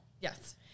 Yes